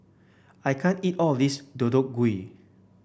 I can't eat all of this Deodeok Gui